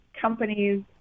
companies